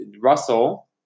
Russell